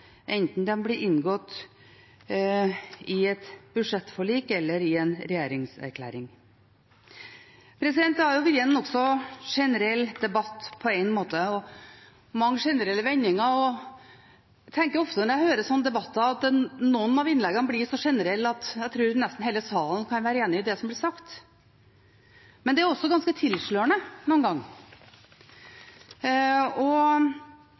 enten de blir inngått i et budsjettforlik eller i en regjeringserklæring. Det har vært en nokså generell debatt på en måte, med mange generelle vendinger, og jeg tenker ofte når jeg hører slike debatter, at noen av innleggene blir så generelle at jeg tror nesten hele salen kan være enig i det som blir sagt. Men det er også ganske tilslørende mange ganger. Og